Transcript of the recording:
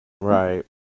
Right